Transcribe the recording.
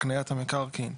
הקניית המקרקעין,